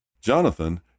Jonathan